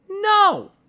No